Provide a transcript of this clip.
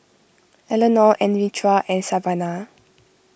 Eleanore Anitra and Savana